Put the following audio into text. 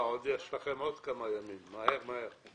לכם עוד כמה ימים, מהר מהר.